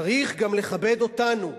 צריך גם לכבד אותנו,